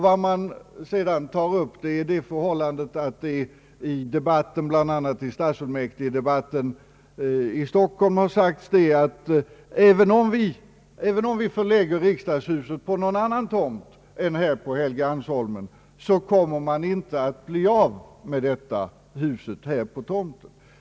Vad man sedan tar upp är den omständigheten att det bl.a. i stadsfullmäktigedebatten i Stockholm har sagts att även om riksdagshuset förläggs på någon annan tomt än här på Helgeandsholmen, så kommer man fördenskull inte att bli av med det hus som finns här på tomten.